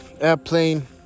airplane